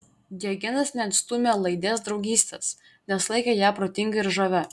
diogenas neatstūmė laidės draugystės nes laikė ją protinga ir žavia